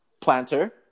planter